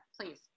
please